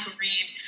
read